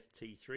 FT3